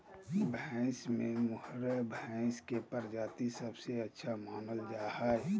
भैंस में मुर्राह भैंस के प्रजाति सबसे अच्छा मानल जा हइ